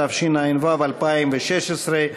התשע"ו 2016,